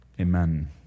Amen